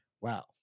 Wow